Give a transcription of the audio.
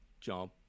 job